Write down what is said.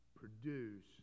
produce